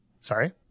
Sorry